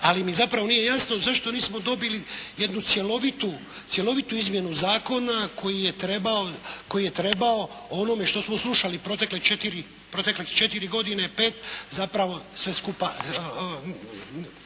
ali mi zapravo nije jasno zašto nismo dobili jednu cjelovitu izmjenu zakona koji je trebao o onome što smo slušali protekle četiri godine, pet, zapravo sve skupa,